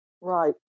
right